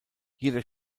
jeder